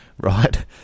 right